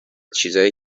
چیزایی